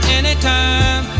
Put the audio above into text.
anytime